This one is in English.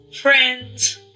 Friends